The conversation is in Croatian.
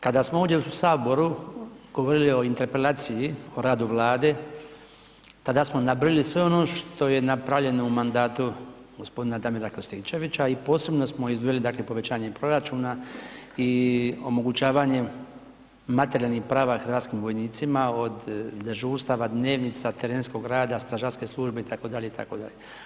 Kada smo ovdje u saboru govorili o interpelaciji, o radu Vlade, tada smo nabrojili sve ono što je napravljeno u mandatu gospodina Damira Krstičevića i posebno smo izdvojili dakle povećanje proračuna i omogućavanje materijalnih prava hrvatskim vojnicima, od dežurstava, dnevnica, terenskog rada, stražarske službe itd., itd.